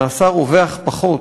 נעשה רווח פחות,